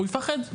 הוא יפחד.